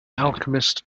alchemist